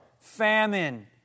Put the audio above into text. famine